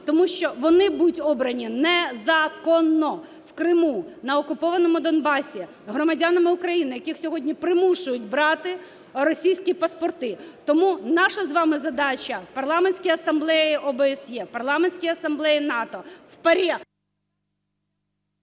тому що вони будуть обрані незаконно в Криму, на окупованому Донбасі громадянами України, яких сьогодні примушують брати російські паспорти. Тому наша з вами задача в Парламентській асамблеї ОБСЄ, в Парламентській асамблеї НАТО, в